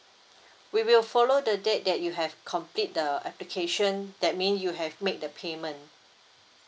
we will follow the date that you have complete the application that mean you have make the payment